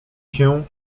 się